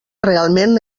realment